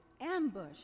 ambush